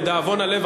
לדאבון הלב,